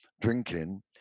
drinking